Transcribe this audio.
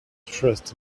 trust